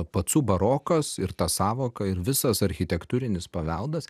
pacų barokas ir ta sąvoka ir visas architektūrinis paveldas